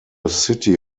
city